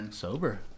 sober